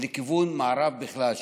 לכיוון מערב בכלל,